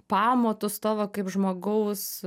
pamatus tą va kaip žmogaus